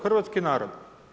Hrvatski narod.